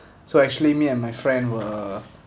so actually me and my friend were